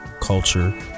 culture